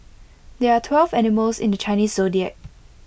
there are twelve animals in the Chinese Zodiac